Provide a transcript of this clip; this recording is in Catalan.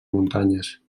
muntanyes